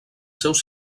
seus